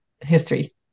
history